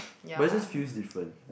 but it just feels different